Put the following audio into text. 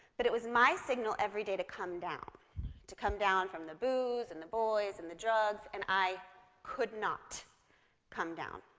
but it was my signal every day to come down to come down from the booze, and the boys, and the drugs, and i could not come down.